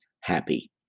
happy